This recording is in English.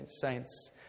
saints